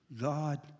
God